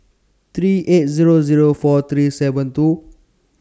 three eight Zero Zero four three seven two